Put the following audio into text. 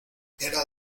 era